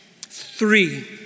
Three